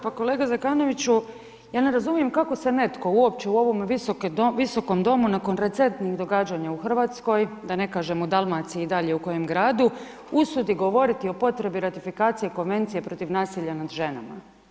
Pa kolega Zekanoviću, ja ne razumijem kako se netko uopće u ovom Visokom domu nakon recentnih događanja u Hrvatskoj da ne kažemo u Dalmaciji i dalje u kojem gradu, usudi govoriti o potrebi ratifikacije Konvencije protiv nasilja nad ženama.